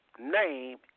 name